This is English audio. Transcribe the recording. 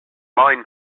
line